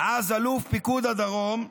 אז אלוף פיקוד הדרום,